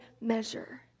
measure